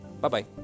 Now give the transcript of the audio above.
Bye-bye